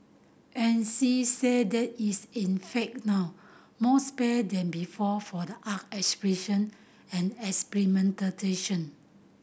and she said there is in fact now more space than before for the art expression and experimentation